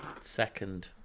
Second